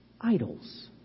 idols